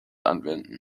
anwenden